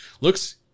looks